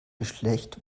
geschlecht